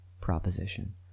proposition